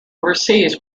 overseas